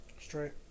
Straight